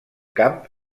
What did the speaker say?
camp